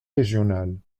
régionale